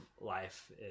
life